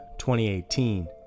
2018